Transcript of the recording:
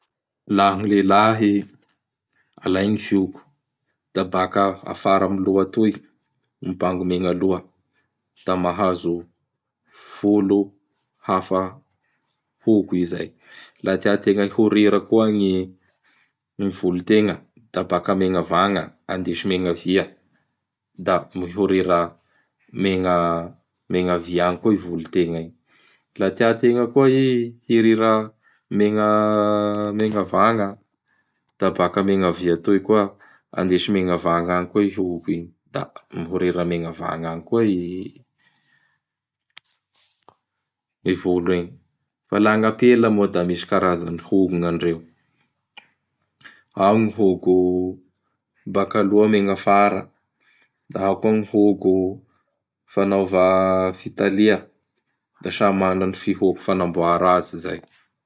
Laha gn lehilahy, alay gny fihogo, da baka afara amin'gny loha atoy mibango megnaloa da mahazo volo hafa hogo i izay. Laha tiategna hiorira koa gny volotegna da menavagna andesy megnavia da mihorira megnavia agny koa i volotegna igny. Laha tiategna koa i hiorira megnavagna; da baka menagnavia atoy koa, indesy megnavagna koa i hogo igny; da mihorira megnavagna any koa i volo igny. Fa laha gn ampela moa da misy karazan'gny hogo gny andreo: ao ny hogo bakaloha megnafara, da ao gny hogo fanaova fitalia; da samy mana gny fihogo fagnamboara azy izay.